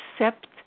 accept